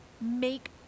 make